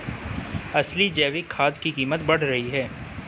असली जैविक खाद की कीमत बढ़ रही है